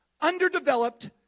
underdeveloped